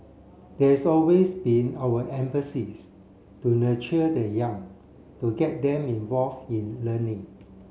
there is always been our emphasis to nurture the young to get them involve in learning